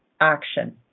action